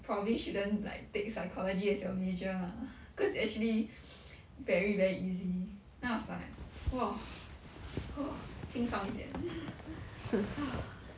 probably shouldn't like take psychology as your major lah cause actually very very easy then I was like !whoa! !wah! 清爽一点